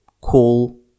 call